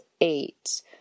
eight